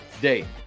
day